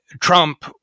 Trump